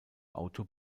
auto